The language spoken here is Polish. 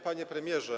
Panie Premierze!